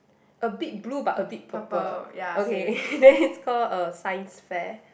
a bit blue but a bit purple okay then it's call uh Science fair